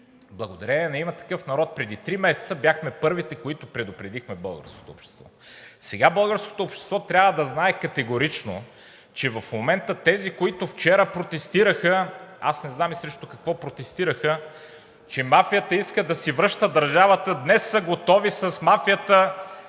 благодарение на „Има такъв народ“ преди три месеца бяхме първите, които предупредихме българското общество. Сега българското общество трябва да знае категорично, че в момента тези, които вчера протестираха, аз не знам и срещу какво протестираха, че мафията иска да си връща държавата, днес са готови с мафията